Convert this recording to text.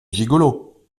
gigolo